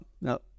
no